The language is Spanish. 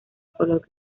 color